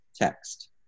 text